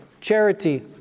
charity